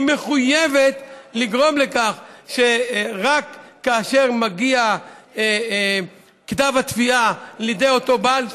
היא מחויבת לגרום לכך שרק כאשר מגיע כתב התביעה לידי אותו בעל,